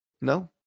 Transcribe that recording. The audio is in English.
No